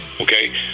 okay